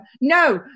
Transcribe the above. No